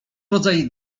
rodzaj